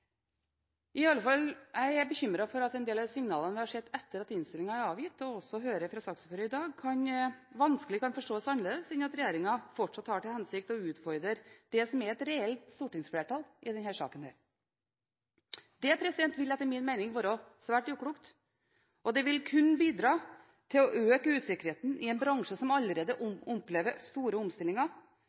i alle fall bekymret for at en del av signalene vi har fått etter at innstillingen ble avgitt, og det som vi hører fra saksordføreren i dag, vanskelig kan forstås annerledes enn at regjeringen fortsatt har til hensikt å utfordre det som er et reelt stortingsflertall i denne saken. Det vil etter min mening være svært uklokt, og det vil kun bidra til å øke usikkerheten i en bransje som allerede opplever store omstillinger,